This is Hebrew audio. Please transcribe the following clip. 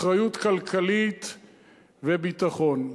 אחריות כלכלית וביטחון.